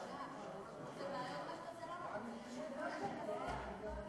הפנים והגנת הסביבה להכנתו לקריאה שנייה ושלישית.